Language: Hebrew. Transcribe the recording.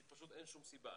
כי פשוט אין סיבה.